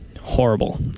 horrible